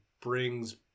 brings